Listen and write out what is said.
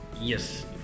Yes